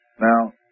Now